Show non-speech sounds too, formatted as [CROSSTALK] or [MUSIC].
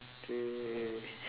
they [LAUGHS]